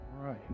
right